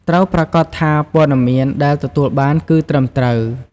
ត្រូវប្រាកដថាព័ត៌មានដែលទទួលបានគឺត្រឹមត្រូវ។